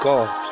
God